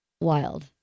Wild